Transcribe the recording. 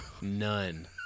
None